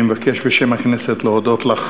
אני מבקש בשם הכנסת להודות לך